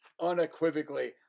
unequivocally